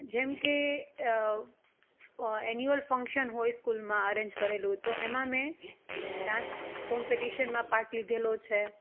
જેમકે annual function હોય સ્કૂલમાં અરેન્જ કરેલું તો એમાં મેં ડાન્સ કોમ્પિટિશન પાર્ટ લીધેલો છે